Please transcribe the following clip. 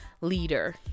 leader